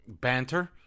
banter